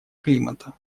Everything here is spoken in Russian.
климата